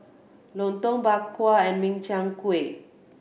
Lontong Bak Kwa and Min Chiang Kueh